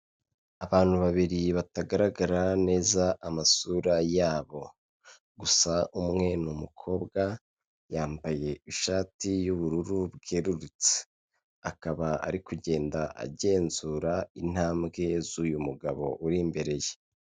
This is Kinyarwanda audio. Abantu babiri batagaragara neza amasura yabo, gusa umwe ni umukobwa yambaye ishati y'ubururu bwerurutse, akaba ari kugenda agenzura intambwe z'uyu mugabo uri imbere ye.